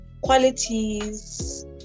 qualities